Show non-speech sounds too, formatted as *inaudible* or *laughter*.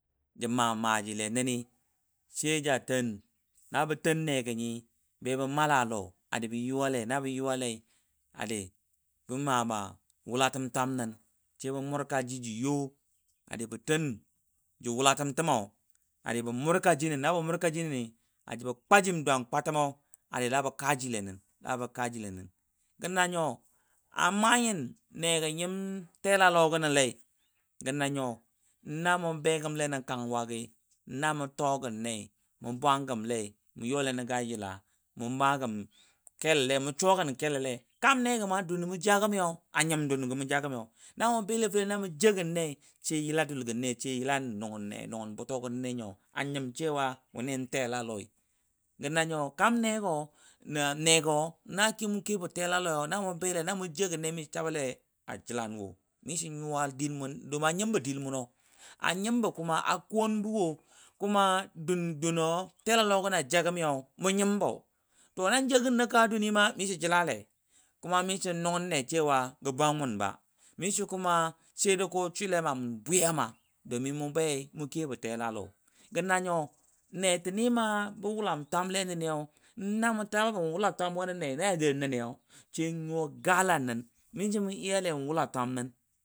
J1 maa maaji Le nəni she ja ten, na bə ten n *hesitation* gƏ nyi, be bə maLa Lɔ a di bə yʊwaLe na bəyʊwai adi ba maa maa. WʊLatəm twam nən she bə murkaji j1 yo adi bə ten jə wʊlatəm təmɔ adi bə mʊrka ji nən nabə murkaji nə ni adi bə kwajim dwang kwatəmɔ adi Laa bə kaaji Le nən Laa bə kaa Ji Le nən. Gə nanyo a maa nyin nego nyim tela lɔgənɔ ganɔ lei, gə nanyo namʊ begəmle nə kanwagi na mʊ toogən nei mʊ bwangəmlei mʊ yole nə gə a. yila sai nʊn dʊlgəno le yila buto gəno le a nyim cewa telalɔi, nego namʊ kebo telaloi mishi tabale ajəlanwɔ domin a nyimbɔ dʊn mʊnɔ a kʊwɔn bɔ wɔ dʊnɔ telalɔ jagəmi mʊ nnyimbo mishi jəlale mishi nʊngən ne gə bwanmʊnba. mishi kuma sai dai swile ama mʊn bwiya. domin mʊ bei mʊ kebɔ telalɔ. gə nanyo netən ni ma bə wʊlam twam le lamʊ taba bo wʊla twamwo nə nei ya ja ta da nəni mishi dwal katəm jino le sai nyuwa galan